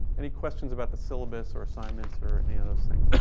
any questions about the syllabus or assignments or any of those things?